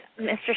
Mr